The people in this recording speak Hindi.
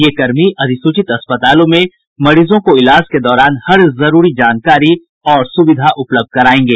ये कर्मी अधिसूचित अस्पतालों में मरीजों को इलाज के दौरान हर जरूरी जानकारी और सुविधा उपलब्ध करवायेंगे